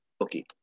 Okay